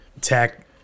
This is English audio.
tech